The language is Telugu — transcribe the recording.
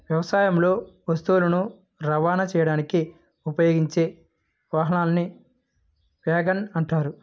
వ్యవసాయంలో వస్తువులను రవాణా చేయడానికి ఉపయోగించే వాహనాన్ని వ్యాగన్ అంటారు